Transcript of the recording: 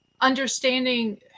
understanding